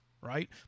right